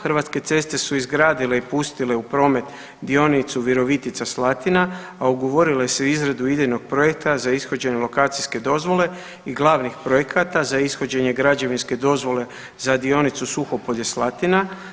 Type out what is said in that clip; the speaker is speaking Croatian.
Hrvatske ceste su izgradile i pustile u promet dionicu Virovitica-Slatina, a ugovorile su izradu idejnog projekta za ishođenje lokacijske dozvole i glavnih projekata za ishođenje građevinske dozvole za dionicu Suhopolje-Slatina.